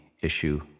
issue